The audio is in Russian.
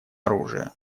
оружия